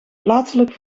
plaatselijk